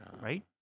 Right